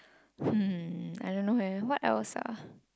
hmm I don't know eh what else ah